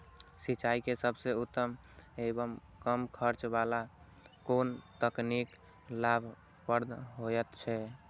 सिंचाई के सबसे उत्तम एवं कम खर्च वाला कोन तकनीक लाभप्रद होयत छै?